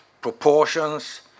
proportions